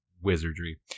wizardry